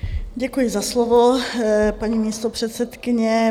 Děkuji za slovo, paní místopředsedkyně.